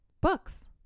Books